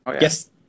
Yes